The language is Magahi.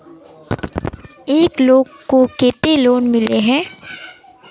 एक लोग को केते लोन मिले है?